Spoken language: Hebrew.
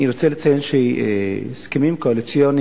אני רוצה לציין שהסכמים קואליציוניים,